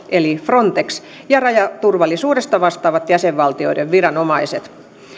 eli frontex ja rajaturvallisuudesta vastaavat jäsenvaltioiden viranomaiset